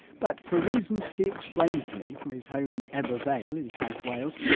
but for reasons he explained to me, from his home in ebbw vale in south wales,